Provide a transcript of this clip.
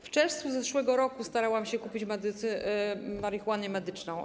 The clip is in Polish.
W czerwcu zeszłego roku starałam się kupić marihuanę medyczną.